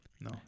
No